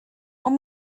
ond